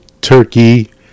turkey